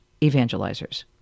evangelizers